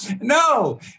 No